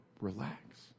Relax